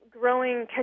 growing